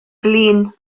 flin